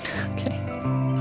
Okay